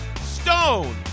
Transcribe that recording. Stone